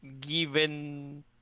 given